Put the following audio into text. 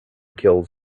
kills